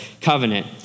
covenant